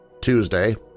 Tuesday